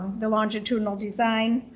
the longitudinal design